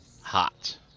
hot